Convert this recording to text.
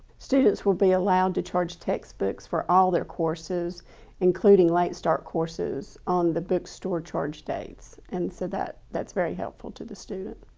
students will be allowed to charge text books for all their courses including late start courses on the bookstore charged. ah thanks and said that that's very helpful to the student.